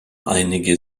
einige